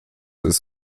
ist